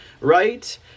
Right